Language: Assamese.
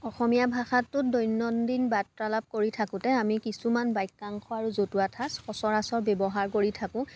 অসমীয়া ভাষাটোত দৈনন্দিন বাৰ্তালাপ কৰি থাকোঁতে আমি কিছুমান বাক্যাংশ আৰু জতুৱা ঠাঁচ সচৰাচৰ ব্যৱহাৰ কৰি থাকোঁ